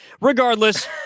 Regardless